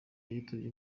yitabye